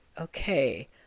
okay